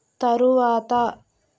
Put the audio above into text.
తరువాత